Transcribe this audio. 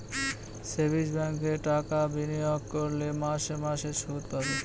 savings ব্যাঙ্কে টাকা বিনিয়োগ করলে মাসে মাসে শুদ পাবে